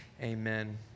Amen